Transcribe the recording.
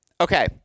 okay –